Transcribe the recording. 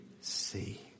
see